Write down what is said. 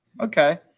Okay